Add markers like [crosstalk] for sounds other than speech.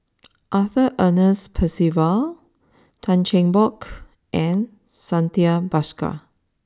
[noise] Arthur Ernest Percival Tan Cheng Bock and Santha Bhaskar